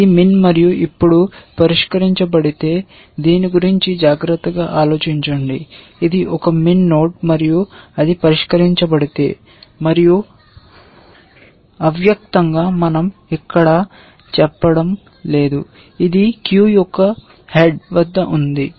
ఇది min మరియు ఇప్పుడు పరిష్కరించబడితే దీని గురించి జాగ్రత్తగా ఆలోచించండి ఇది ఒక min నోడ్ మరియు అది పరిష్కరించబడితే మరియు అవ్యక్తంగా మన০ ఇక్కడ ఇక్కడ చెప్పడం లేదు ఇది క్యూ యొక్క హెడ్ వద్ద ఉంది